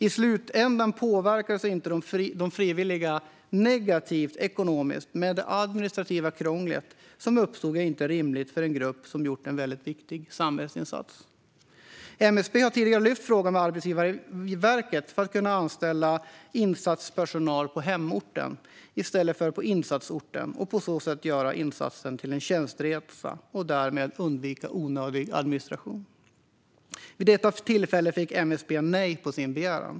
I slutändan påverkades inte de frivilliga negativt ekonomiskt, men det administrativa krångel som uppstod är inte rimligt för en grupp som gjort en väldigt viktig samhällsinsats. MSB har tidigare tagit upp frågan med Arbetsgivarverket om att kunna anställa insatspersonal på hemorten i stället för på insatsorten och på så sätt göra insatsen till en tjänsteresa och därmed undvika onödig administration. Vid detta tillfälle fick MSB nej på sin begäran.